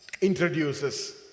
introduces